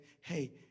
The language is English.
hey